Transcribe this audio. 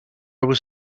was